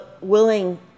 willing